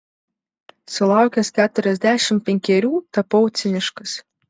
sulaukęs keturiasdešimt penkerių tapau ciniškas